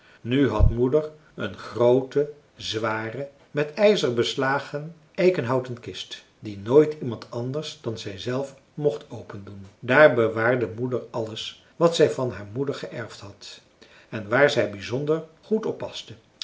nu had moeder een groote zware met ijzer beslagen eikenhouten kist die nooit iemand anders dan zijzelf mocht opendoen daar bewaarde moeder alles wat zij van haar moeder geërfd had en waar zij bizonder goed